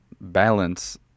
balance